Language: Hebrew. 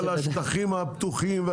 חשבתי שהוא יגיע לשטחים הפתוחים,